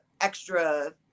extra